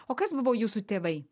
o kas buvo jūsų tėvai